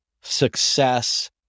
success